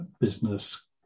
business